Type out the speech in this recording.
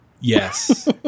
yes